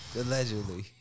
Allegedly